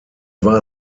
war